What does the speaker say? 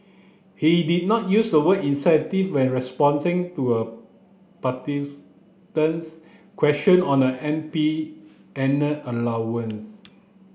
he did not use the word incentive when to a question on an M P annual allowance